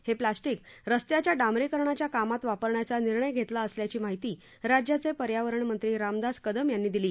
हे प्लास्टिक रस्त्याच्या डांबरीकरणाच्या कामात वापरण्याचा निर्णय घेतला असल्याची माहिती राज्याचे पर्यावरण मंत्री रामदास कदम यांनी दिली